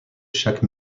chaque